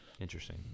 Interesting